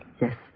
Yes